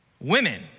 women